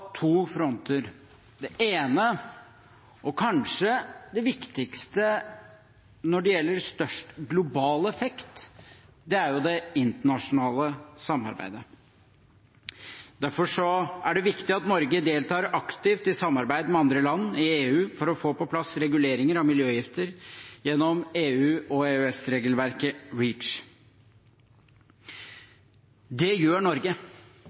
to fronter. Den ene, og kanskje den viktigste når det gjelder størst global effekt, er det internasjonale samarbeidet. Derfor er det viktig at Norge deltar aktivt i samarbeid med andre land i EU for å få på plass regulering av miljøgifter gjennom EU- og EØS-regelverket REACH. Det gjør Norge.